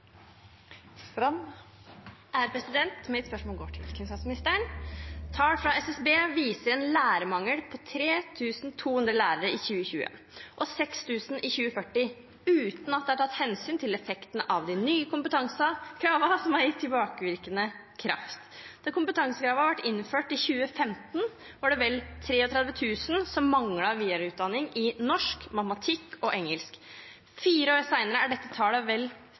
Mitt spørsmål går til kunnskapsministeren. Tall fra SSB viser en lærermangel på 3 200 lærere i 2020 og 6 000 i 2040, uten at det er tatt hensyn til effekten av de nye kompetansekravene som er gitt tilbakevirkende kraft. Da kompetansekravene ble innført i 2015, var det vel 33 000 som manglet videreutdanning i norsk, matematikk og engelsk. Fire år senere er dette tallet vel